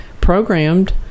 programmed